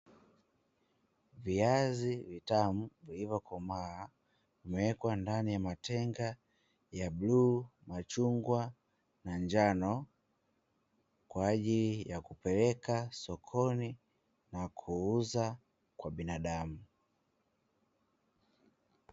Viazi vitamu vilivyo komaa vimewekwa ndani ya matenga ya bluu machungwa na njano, kwa ajili ya kupelekwa sokoni na kuuza kwa binadamu.